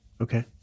Okay